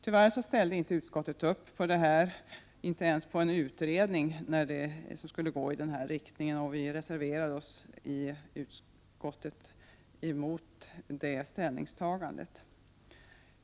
Tyvärr ställde inte utskottet upp på detta, inte ens på en utredning som skulle gå i denna riktning. Vi reserverade oss i utskottet emot det ställningstagandet.